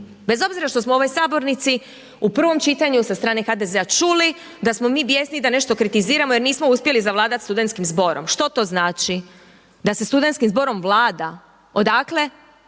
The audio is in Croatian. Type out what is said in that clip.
bez obzira što smo u ovoj sabornici u prvom čitanju sa strane HDZ-a čuli da smo mi bijesni i da nešto kritiziramo jer nismo uspjeli zavladati studentskim zborom. Što to znači da se studentskim zborom vlada? Odakle?